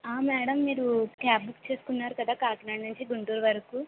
madam మీరు cab book చేసుకున్నారు కదా కాకినాడ నుంచి గుంటూరు వరకు